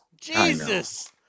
Jesus